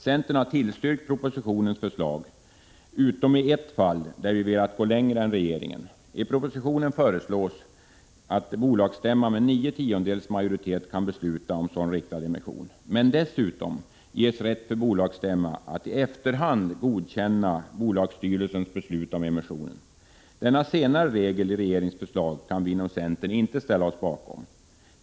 Centern har tillstyrkt propositionens förslag utom i ett fall där vi velat gå längre än regeringen. I propositionen föreslås att bolagsstämma med nio tiondelars majoritet kan besluta om sådan riktad emission. Men dessutom ges rätt för bolagsstämma att i efterhand godkänna bolagsstyrelsens beslut om emissionen. Denna senare regel i regeringens förslag kan vi inom centern inte ställa oss bakom.